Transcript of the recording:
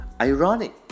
ironic